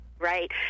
Right